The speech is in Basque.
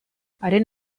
haren